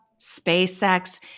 SpaceX